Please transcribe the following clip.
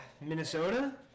Minnesota